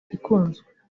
ikunzwe